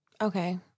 Okay